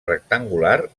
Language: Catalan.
rectangular